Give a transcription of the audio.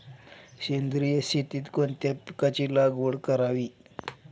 सेंद्रिय शेतीत कोणत्या पिकाची लागवड करावी?